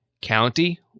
County